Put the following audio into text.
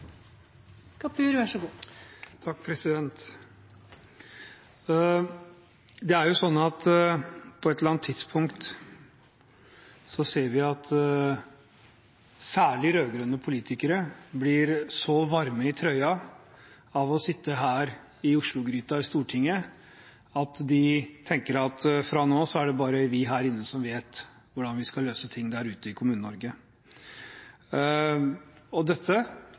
det forslaget han refererte. På et eller annet tidspunkt ser vi at særlig rød-grønne politikere blir så varme i trøya av å sitte her i Oslogryta og i Stortinget, at de tenker at fra nå av er det bare vi her inne som vet hvordan man skal løse ting der ute i Kommune-Norge. Dette